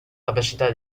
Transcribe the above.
capacità